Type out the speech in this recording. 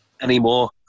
anymore